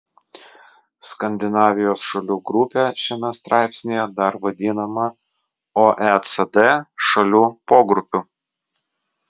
skandinavijos šalių grupė šiame straipsnyje dar vadinama oecd šalių pogrupiu